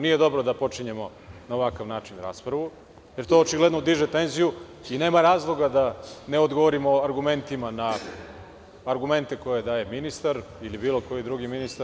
Nije dobro da počinjemo na ovakav način raspravu, jer to očigledno diže tenziju i nema razloga da ne odgovorimo argumentima na argumente koje daje ministar ili bilo koji drugi ministar.